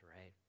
right